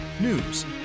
News